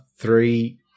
three